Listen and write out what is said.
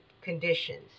conditions